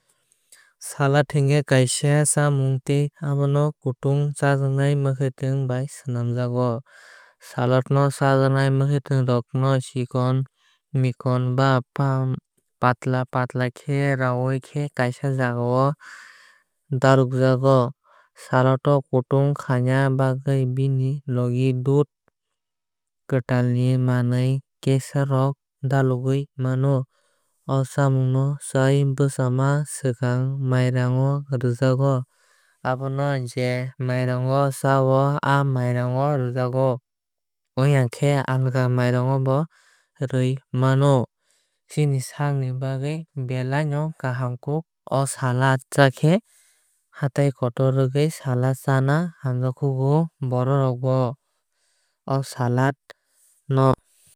Salad hinkhe kaaisa chamung tei abono kwthung chajaknai mwkhwuitwng bai swlamjago. Salad o chajaknai mwkhuitwng rok no chikon chikon ba patla patla khe rawui kaaisa jagao dalokjago. Salad o kothok khaina bagwui bini logi dodh kwtui ni manwui kesar rok dalogwui mano. O chamung no chaui bwchama swkang mairang o rwjakgo. Obono je mairango cha o aa mairang bo rwjago ongya khe alka mairang bo rui mano. Chini saak ni bagwui belai no kahamkuk o salad chakhe. Hatai kotor rwgui salad chana hamjago chini borok rok bo o salad no.